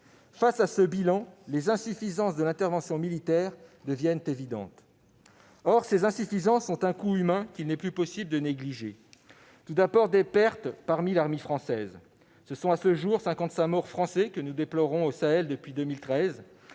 Face à ce bilan, les insuffisances de l'intervention militaire deviennent évidentes. Or ces insuffisances ont un coût humain, qu'il n'est plus possible de négliger. Je pense d'abord aux pertes parmi l'armée française. À ce jour, nous déplorons 55 morts français au Sahel depuis 2013